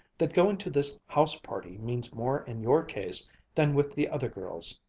that going to this house party means more in your case than with the other girls.